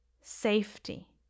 safety